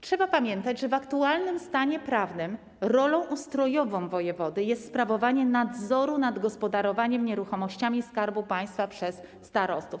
Trzeba pamiętać, że w aktualnym stanie prawnym rolą ustrojową wojewody jest sprawowanie nadzoru nad gospodarowaniem nieruchomościami Skarbu Państwa przez starostów.